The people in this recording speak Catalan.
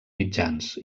mitjans